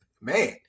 Man